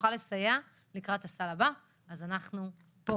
ונוכל לסייע לקראת הסל הבא, אנחנו פה.